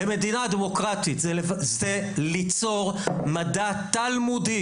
במדינה דמוקרטית זה ליצור מדע תלמודי